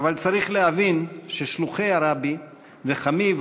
אבל צריך להבין ששלוחי הרבי וחמיו,